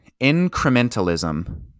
incrementalism